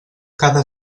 cada